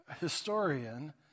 historian